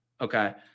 Okay